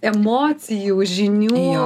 emocijų žinių